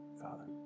Father